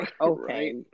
Okay